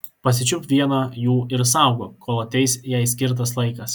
pasičiupk vieną jų ir saugok kol ateis jai skirtas laikas